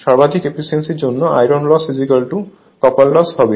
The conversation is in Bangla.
সর্বাধিক এফিসিয়েন্সির জন্য আয়রন লস কপার লস হবে